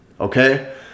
Okay